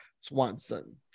Swanson